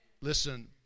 Listen